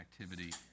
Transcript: activity